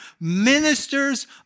ministers